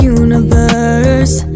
universe